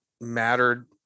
mattered